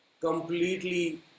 completely